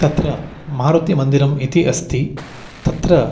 तत्र मारुतिमन्दिरम् इति अस्ति तत्र